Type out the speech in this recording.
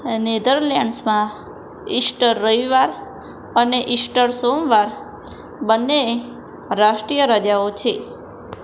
નેધરલેન્ડ્સમાં Easter રવિવાર અને Easter સોમવાર બંને રાષ્ટ્રીય રજાઓ છે